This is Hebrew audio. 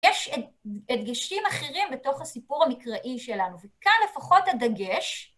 יש הדגשים אחרים בתוך הסיפור המקראי שלנו, וכאן לפחות הדגש.